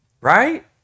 right